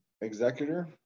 executor